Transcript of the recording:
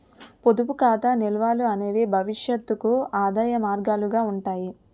పొదుపు ఖాతా నిల్వలు అనేవి భవిష్యత్తుకు ఆదాయ మార్గాలుగా ఉంటాయి